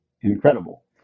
incredible